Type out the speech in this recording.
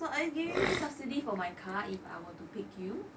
so are you giving me subsidy for my car if I were to pick you